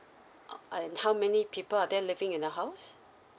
uh and how many people are there living in the house